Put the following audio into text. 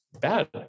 bad